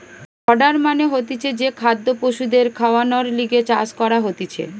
fodder মানে হতিছে যে খাদ্য পশুদের খাওয়ানর লিগে চাষ করা হতিছে